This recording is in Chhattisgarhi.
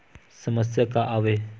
समस्या का आवे?